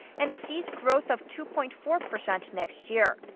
and it sees growth of two point four percent next year.